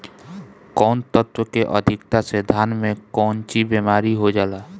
कौन तत्व के अधिकता से धान में कोनची बीमारी हो जाला?